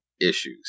issues